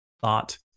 thought